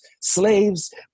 slaves